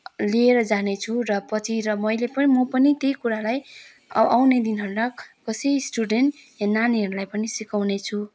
लिएर जानेछु र पछि र मैले पनि म पनि त्यही कुरालाई आउने दिनहरूमा कसै स्टुडेन्ट या नानीहरूलाई पनि सिकाउने छु